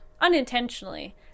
unintentionally